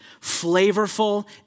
flavorful